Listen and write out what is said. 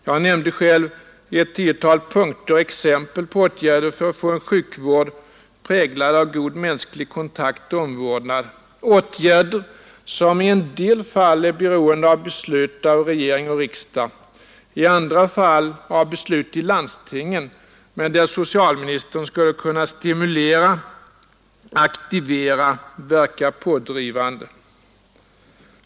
Jag nämnde själv i ett tiotal punkter exempel på åtgärder för att få en sjukvård präglad av god mänsklig kontakt och omvårdnad — åtgärder som i en del fall är beroende av beslut av regering och riksdag, i andra fall av beslut i landstingen men där socialministern skulle kunna stimulera, aktivera, verka pådrivande.